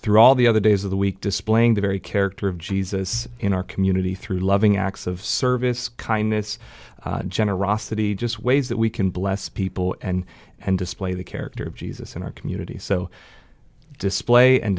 through all the other days of the week displaying the very character of jesus in our community through loving acts of service kindness generosity just ways that we can bless people and and display the character of jesus in our community so display and